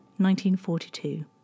1942